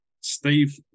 Steve